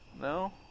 No